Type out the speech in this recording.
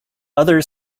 other